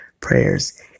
prayers